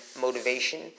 motivation